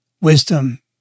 wisdom